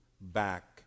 back